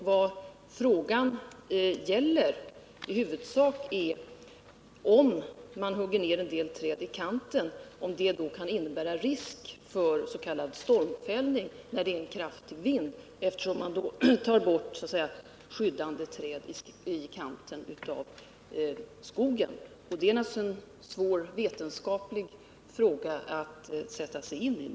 Vad frågan i huvudsak gäller är om en viss trädfällning där kan innebära risk för s.k. stormfällning i samband med en kraftig vind, eftersom man därigenom tar bort skyddande träd i kanten av skogen. Det är naturligtvis en svår vetenskaplig fråga att sätta sig in i.